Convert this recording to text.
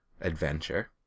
adventure